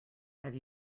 have